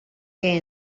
que